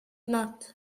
not